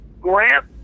grant